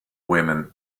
women